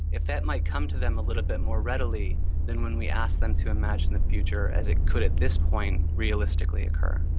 if that might come to them a little bit more readily than when we asked them to imagine the future as it could at this point realistically occur.